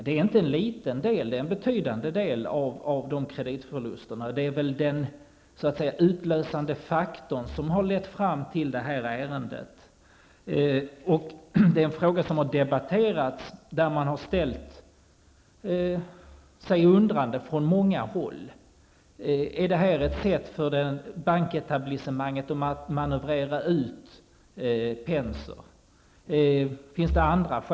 Men den affären utgör en betydande del av kreditförlusterna. Det är den utlösande faktor som har lett fram till detta ärende. Frågan har debatterats mycket, och många har ställt sig undrande. Är det här ett sätt av banketablissemanget att manövrera ut Erik Penser, har man frågat sig.